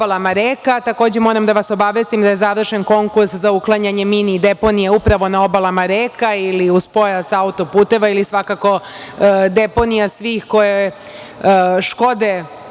obalama reka. Takođe, moram da vas obavestim da je završen konkurs za uklanjanje mini deponija upravo na obalama reka ili uz pojas autoputeva ili svakako deponija svih koje škode